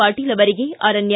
ಪಾಟೀಲ್ ಅವರಿಗೆ ಅರಣ್ಯ